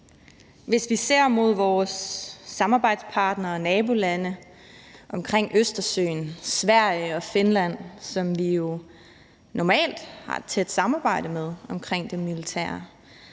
Hvis vi ser mod vores samarbejdspartnere og nabolande omkring Østersøen, Sverige og Finland, som vi jo normalt har et tæt samarbejde med omkring det militære,